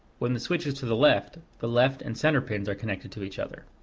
when the switch is to the left, the left and center pins are connected to each other,